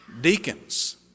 Deacons